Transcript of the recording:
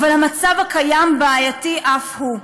אבל המצב הקיים בעייתי אף הוא.